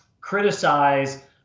criticize